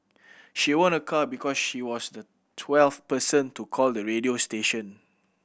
she won a car because she was the twelve person to call the radio station